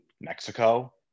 Mexico